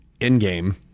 endgame